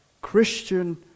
Christian